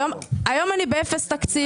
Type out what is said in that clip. היום אני באפס תקציב.